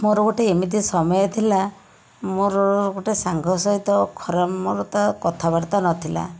ମୋ'ର ଗୋଟେ ଏମିତି ସମୟ ଥିଲା ମୋ'ର ଗୋଟେ ସାଙ୍ଗ ସହିତ ଖରାପ ମୋ'ର ତା କଥାବାର୍ତ୍ତା ନ ଥିଲା